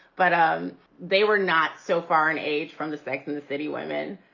but um they were not so far in age from the sex and the city women.